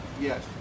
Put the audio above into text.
Yes